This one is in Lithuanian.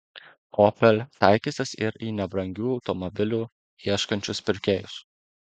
opel taikysis ir į nebrangių automobilių ieškančius pirkėjus